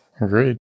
Agreed